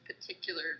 particular